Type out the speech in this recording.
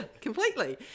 completely